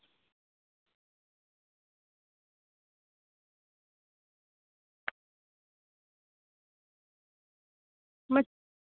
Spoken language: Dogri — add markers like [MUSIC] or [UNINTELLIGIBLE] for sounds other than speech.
[UNINTELLIGIBLE]